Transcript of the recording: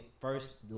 first